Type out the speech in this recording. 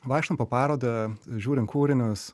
vaikštom po parodą žiūrim kūrinius